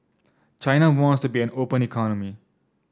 China wants to be an open economy